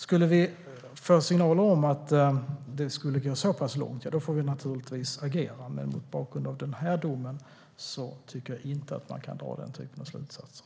Skulle vi få signaler om att det skulle gå så långt får vi naturligtvis agera, men mot bakgrund av den här domen tycker jag inte att man kan dra den typen av slutsatser.